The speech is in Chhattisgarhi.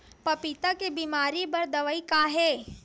पपीता के बीमारी बर दवाई का हे?